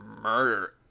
murder